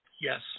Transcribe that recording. Yes